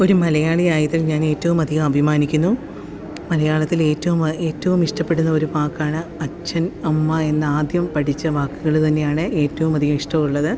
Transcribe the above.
ഒരു മലയാളിയായതില് ഞാന് ഏറ്റവും അധികം അഭിമാനിക്കുന്നു മലയാളത്തിലേറ്റവും ഏറ്റവും ഇഷ്ടപ്പെടുന്ന ഒരു വാക്കാണ് അച്ഛന് അമ്മ എന്ന ആദ്യം പഠിച്ച വാക്കുകള് തന്നെയാണ് ഏറ്റവും അധികം ഇഷ്ടമുള്ളത്